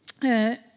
rapporten.